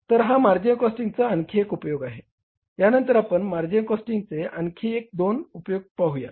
तर हा मार्जिनल कॉस्टिंगचा आणखी एक उपयोग आहे यांनतर आपण मार्जिनल कॉस्टिंगचे आणखी एक दोन उपयोग पाहूया